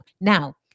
Now